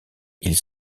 ils